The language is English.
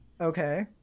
Okay